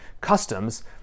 customs